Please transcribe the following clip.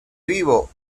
vivo